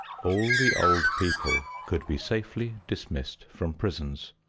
all the old people could be safely dismissed from prisons.